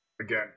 Again